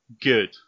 good